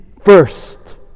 first